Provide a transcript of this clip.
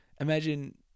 imagine